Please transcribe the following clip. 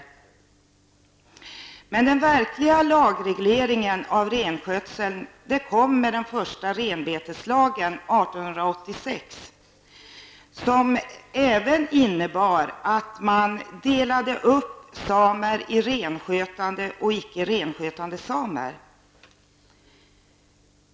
Den verkliga lagregleringen av renskötseln kom med den första renbeteslagen 1886 som även innebar att man delade upp samer i renskötande och icke renskötande samer.